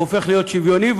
הופך להיות שוויוני,